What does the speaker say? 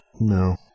No